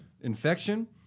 infection